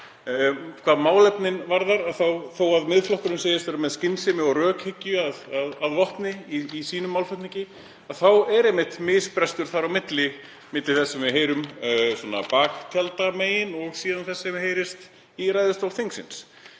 Hvað málefnin varðar, þó að Miðflokkurinn segist vera með skynsemi og rökhyggju að vopni í sínum málflutningi, þá er einmitt ósamræmi þar miðað við það sem við heyrum baktjaldamegin og síðan þess sem heyrist í ræðustól þingsins,